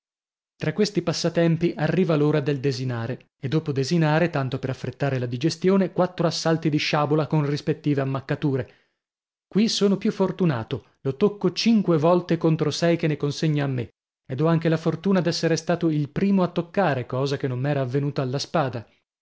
tra questi passatempi arriva l'ora del desinare e dopo desinare tanto per affrettare la digestione quattro assalti di sciabola con rispettive ammaccature qui sono più fortunato lo tocco cinque volte contro sei che ne consegna a me ed ho anche la fortuna d'essere stato il primo a toccare cosa che non m'era avvenuta alla spada